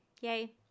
Yay